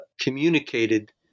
communicated